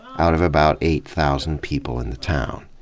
out of about eight thousand people in the town.